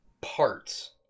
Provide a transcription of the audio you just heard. parts